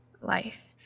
life